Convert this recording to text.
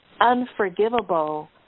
unforgivable